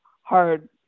hard